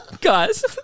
Guys